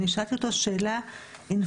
אני שאלתי אותו שאלה אינפורמטיבית,